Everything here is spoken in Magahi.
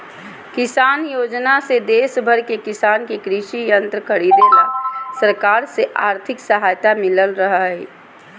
किसान योजना से देश भर के किसान के कृषि यंत्र खरीदे ला सरकार से आर्थिक सहायता मिल रहल हई